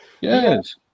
yes